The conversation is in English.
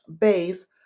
base